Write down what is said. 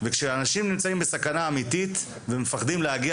וכשאנשים נמצאים בסכנה אמיתית ומפחדים להגיע